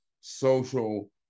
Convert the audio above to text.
social